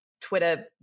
Twitter